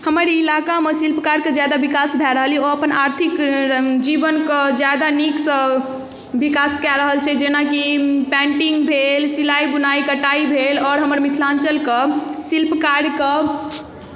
हमर इलाकामे शिल्पकारके ज्यादा विकास भए रहल यए ओ अपन आर्थिक जीवनके ज्यादा नीकसँ विकास कए रहल छै जेनाकि पेन्टिंग भेल सिलाइ बुनाइ कटाइ भेल आओर हमर मिथिलाञ्चलके शिल्पकारके